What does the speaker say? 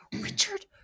Richard